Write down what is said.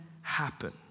happen